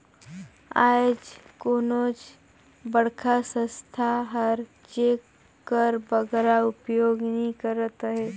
आएज कोनोच बड़खा संस्था हर चेक कर बगरा उपयोग नी करत अहे